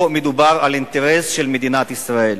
פה מדובר על אינטרס של מדינת ישראל.